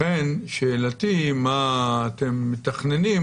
לכן שאלתי היא מה אתם מתכננים